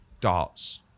Darts